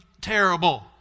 terrible